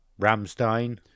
Ramstein